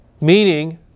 Meaning